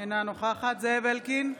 אינה נוכחת זאב אלקין,